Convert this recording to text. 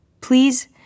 Please